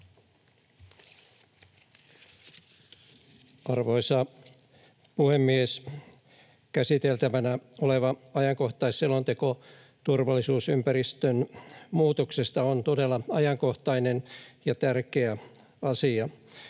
Arvoisa puhemies! Käsiteltävänä oleva Ajankohtaisselonteko turvallisuusympäristön muutoksesta on todella ajankohtainen ja tärkeä.